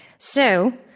so,